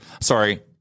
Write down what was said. Sorry